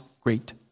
great